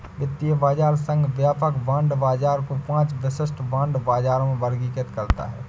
वित्तीय बाजार संघ व्यापक बांड बाजार को पांच विशिष्ट बांड बाजारों में वर्गीकृत करता है